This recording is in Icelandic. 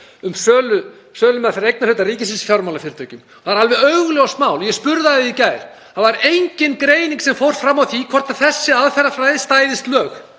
um sölumeðferð eignarhluta ríkisins í fjármálafyrirtækjum. Það er alveg augljóst mál. Ég spurði að því í gær. Það var engin greining sem fór fram á því hvort þessi aðferðafræði stæðist lög,